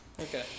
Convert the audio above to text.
Okay